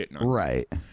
right